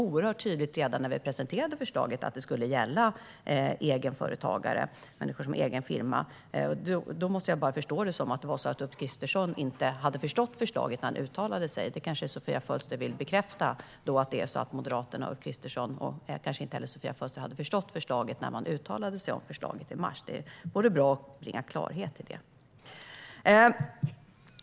Men när vi presenterade förslaget var det oerhört tydligt att det skulle gälla egenföretagare, människor som har egen firma. Jag måste alltså förstå detta som att Ulf Kristersson inte hade förstått förslaget när han uttalade sig. Sofia Fölster kanske vill bekräfta att Moderaterna och Ulf Kristersson inte hade förstått förslaget när han uttalade sig om det i mars. Kanske hade inte Sofia Fölster heller gjort det. Det vore bra att bringa klarhet i det.